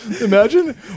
Imagine